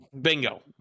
Bingo